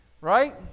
Right